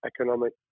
economic